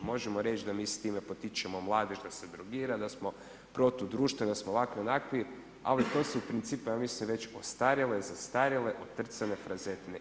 Možemo reći da mi s time potičemo mladež da se drogira, da smo protudrštveni, da smo ovakvi, onakvi, ali to su u principu ja mislim već ostarjele, zastarjele otrcane frazetine.